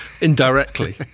Indirectly